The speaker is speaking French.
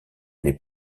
les